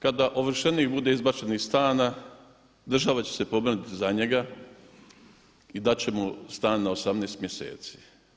Kažemo kada ovršenik bude izbačen iz stana država će se pobrinuti za njega i dat će mu stan na 18 mjeseci.